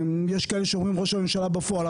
יש כאלה שאומרים: ראש הממשלה בפועל.